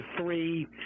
three